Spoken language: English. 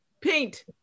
Paint